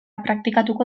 praktikatuko